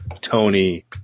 Tony